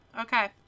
okay